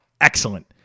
excellent